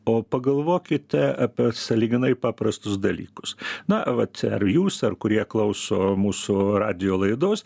o pagalvokite apie sąlyginai paprastus dalykus na vat ar jūs ar kurie klauso mūsų radijo laidos